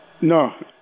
No